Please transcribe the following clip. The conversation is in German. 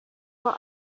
vor